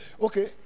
Okay